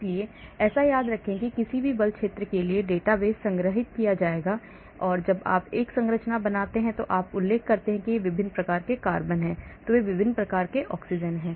इसलिए ऐसा याद रखें कि किसी भी बल क्षेत्र के लिए डेटाबेस संग्रहीत किया जाएगा इसलिए जब आप एक संरचना बनाते हैं और आप उल्लेख करते हैं कि ये विभिन्न प्रकार के कार्बन हैं तो ये विभिन्न प्रकार के ऑक्सीजन हैं